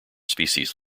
species